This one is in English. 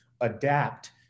adapt